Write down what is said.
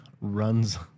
runs